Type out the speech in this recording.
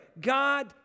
God